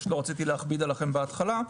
פשוט לא רציתי להכביד עליכם בהתחלה.